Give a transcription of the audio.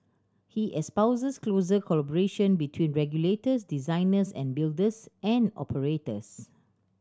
he espouses closer collaboration between regulators designers and builders and operators